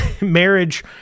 marriage